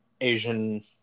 Asian